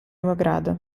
grado